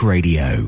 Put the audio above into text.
Radio